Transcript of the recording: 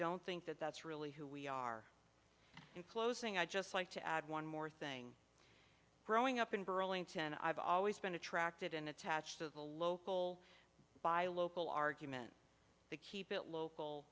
don't think that that's really who we are in closing i'd just like to add one more thing growing up in burlington i've always been attracted and attach to the local buy local argument the keep it local